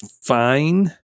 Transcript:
fine